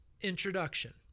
introduction